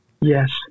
Yes